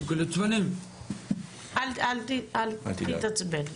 אל תתעצבן.